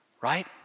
right